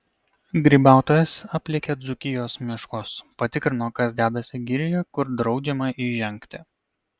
grybautojas aplėkė dzūkijos miškus patikrino kas dedasi girioje kur draudžiama įžengti